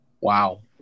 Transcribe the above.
Wow